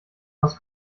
aus